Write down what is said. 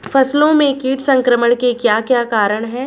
फसलों में कीट संक्रमण के क्या क्या कारण है?